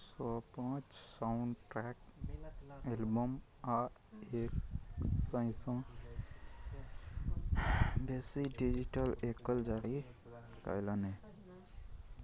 show पाँच soundtrack album आओर एक सओसँ बेसी डिजिटल एकल जारी कएलनि